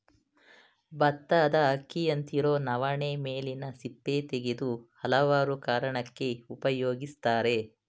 ಬತ್ತದ ಅಕ್ಕಿಯಂತಿರೊ ನವಣೆ ಮೇಲಿನ ಸಿಪ್ಪೆ ತೆಗೆದು ಹಲವಾರು ಕಾರಣಕ್ಕೆ ಉಪಯೋಗಿಸ್ತರೆ